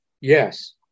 Yes